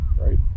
right